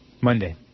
Monday